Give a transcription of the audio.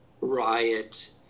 riot